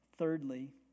Thirdly